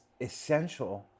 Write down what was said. essential